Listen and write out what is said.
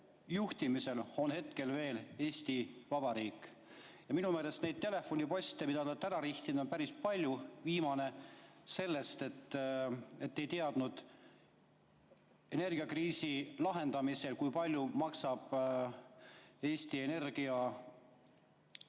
juhtida on hetkel veel Eesti Vabariik. Minu meelest neid telefoniposte, mida te olete ära rihtinud, on päris palju. Viimane on see, et te ei teadnud energiakriisi lahendamisel, kui palju maksab Eesti Energia Narva